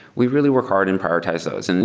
we really work hard and prioritize those. and